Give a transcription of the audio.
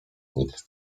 nic